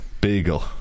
Beagle